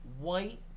white